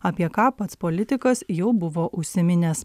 apie ką pats politikas jau buvo užsiminęs